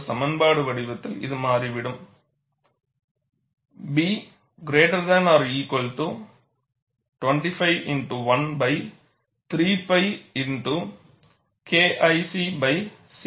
ஒரு சமன்பாடு வடிவத்தில் இது மாறிவிடும் B≥3 π x〖KICσ ys〗2